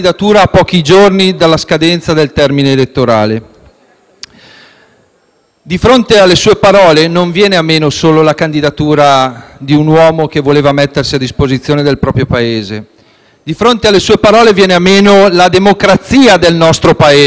Di fronte alle sue parole non viene meno solo la candidatura di un uomo che voleva mettersi a disposizione del proprio Paese. Di fronte alle sue parole viene meno la democrazia del nostro Paese. *(Applausi